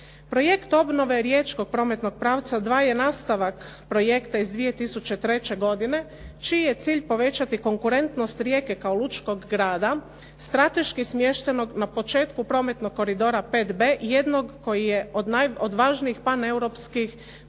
Projekt obnove riječkog prometnog pravca 2 je nastavak projekta iz 2003. godine čiji je cilj povećati konkurentnost Rijeke kao lučkog grada strateški smještenog na početku prometnog koridora 5b jednog koji je od najodvažnijih paneuropskih